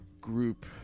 Group